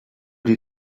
die